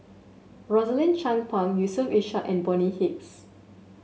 Rosaline Chan Pang Yusof Ishak and Bonny Hicks